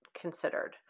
considered